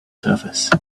surface